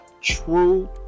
True